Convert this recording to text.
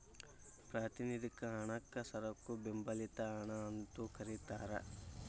ಪ್ರಾತಿನಿಧಿಕ ಹಣಕ್ಕ ಸರಕು ಬೆಂಬಲಿತ ಹಣ ಅಂತೂ ಕರಿತಾರ